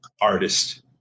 artist